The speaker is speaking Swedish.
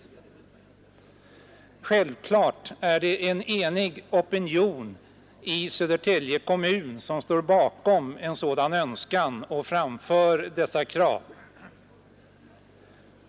SK Självklart är det en enig opinion i Södertälje kommun som står bakom EE demorati en sådan önskan och framför dessa krav.